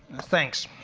thanks,